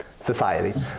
society